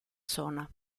zona